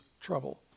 trouble